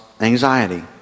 anxiety